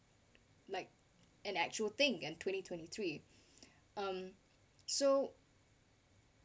like an actual thing in twenty twenty three so